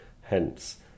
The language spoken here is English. hence